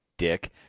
dick